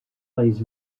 plays